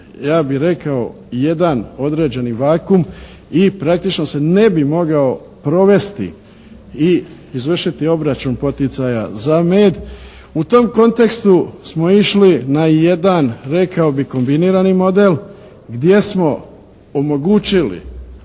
ja bih rekao jedan određeni vakuum i praktično se ne bi mogao provesti i izvršiti obračun poticaja za med. U tom kontekstu smo išli na jedan rekao bih kombiniraniji model gdje smo omogućili